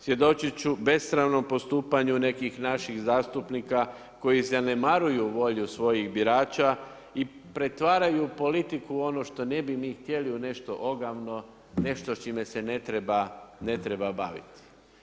Svjedočit ću besramnom postupanju nekih naših zastupnika koji zanemaruju volju svojih birača i pretvaraju politiku u ono što ne bi mi htjeli u nešto ogavno, nešto s čime se ne treba baviti.